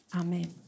Amen